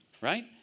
right